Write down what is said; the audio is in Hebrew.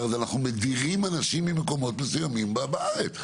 הזה אנחנו בעצם מדירים אנשים ממקומות מסוימים בארץ.